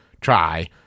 try